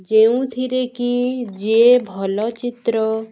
ଯେଉଁଥିରେକି ଯିଏ ଭଲ ଚିତ୍ର